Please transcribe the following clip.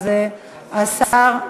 אז השר,